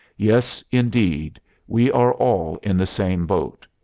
yes, indeed we are all in the same boat.